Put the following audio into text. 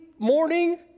morning